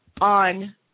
on